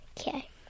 Okay